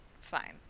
fine